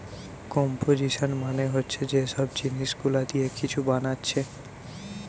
composition মানে হচ্ছে যে সব জিনিস গুলা দিয়ে কিছু বানাচ্ছে